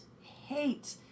hate